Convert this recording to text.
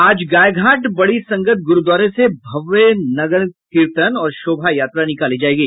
आज गाय घाट बड़ी संगत गुरूद्वारे से भव्य नगर कीर्तन और शोभा यात्रा निकाली जायेगी